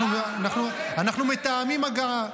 אנחנו מתאמים הגעה.